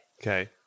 Okay